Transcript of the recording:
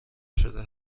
شده